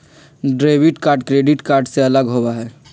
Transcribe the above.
debit card credit card से अलग होबा हई